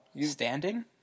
Standing